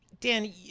Dan